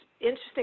interesting